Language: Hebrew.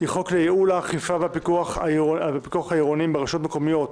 חוק לייעול האכיפה והפיקוח העירוניים ברשויות המקומיות